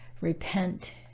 Repent